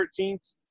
13th